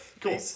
Cool